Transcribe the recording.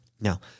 Now